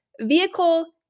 Vehicle